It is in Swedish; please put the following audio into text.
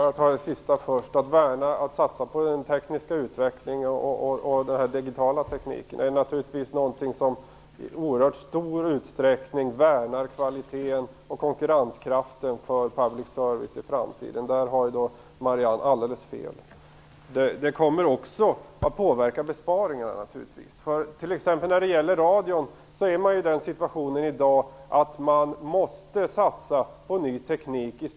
Herr talman! Jag börjar med det som Marianne Andersson sade sist. Att värna om satsningen på en utveckling av den digitala tekniken är naturligtvis något som i mycket stor utsträckning bidrar till kvaliteten och konkurrenskraften för public service i framtiden. Där har Marianne Andersson alldeles fel. Det kommer naturligtvis också att påverka besparingarna. När det gäller t.ex. radion är man i dag i den situationen att man måste satsa på ny teknik.